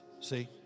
See